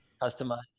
customize